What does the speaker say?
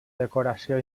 decoració